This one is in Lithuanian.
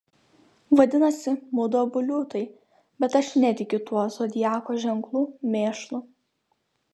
vadinasi mudu abu liūtai bet aš netikiu tuo zodiako ženklų mėšlu